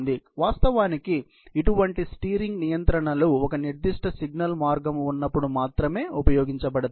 కాబట్టి వాస్తవానికి ఇటువంటి స్టీరింగ్ నియంత్రణలు ఒక నిర్దిష్ట సిగ్నల్ మార్గం ఉన్నప్పుడు మాత్రమే ఉపయోగించబడతాయి